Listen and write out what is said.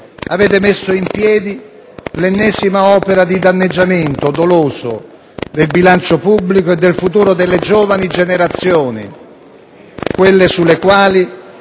che ha messo in piedi l'ennesima opera di danneggiamento doloso del bilancio pubblico e del futuro delle giovani generazioni, quelle sulle quali